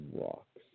rocks